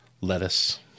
lettuce